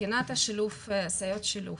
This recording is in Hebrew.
מבחינת סייעות שילוב,